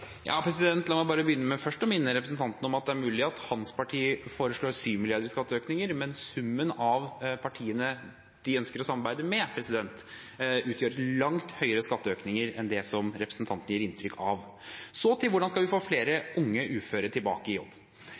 La meg bare begynne med å minne representanten om at det er mulig at hans parti foreslår 7 mrd. kr i skatteøkninger, men med skatteøkningene fra partiene de ønsker å samarbeide med, utgjør det langt høyere skatteøkninger enn det som representanten gir inntrykk av. Så til hvordan vi skal få flere unge uføre tilbake i jobb.